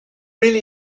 really